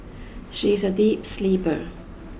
she is a deep sleeper